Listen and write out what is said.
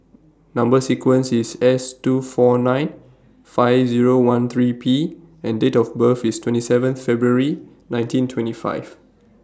Number sequence IS S two four nine five Zero one three P and Date of birth IS twenty seven February nineteen twenty five